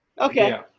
Okay